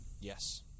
Yes